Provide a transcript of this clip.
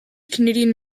canadian